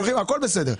הכול בסדר.